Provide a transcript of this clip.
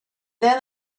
then